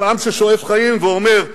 של עם ששואף חיים ואומר: